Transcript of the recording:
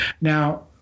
Now